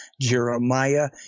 Jeremiah